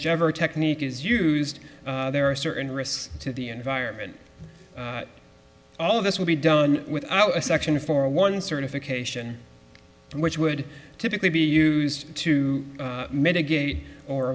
whichever technique is used there are certain risks to the environment all of this will be done without a section for one certification which would typically be used to mitigate or